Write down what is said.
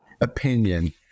opinion